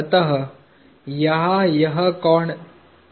अत यहाँ यह कोण 30° है